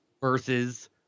versus